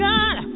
God